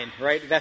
right